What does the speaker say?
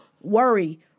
worry